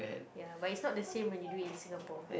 ya but is not the same when you do it in Singapore